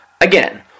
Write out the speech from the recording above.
Again